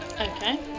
Okay